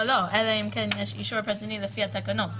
אלא אם כן יש אישור פרטני לפי התקנות.